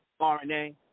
rna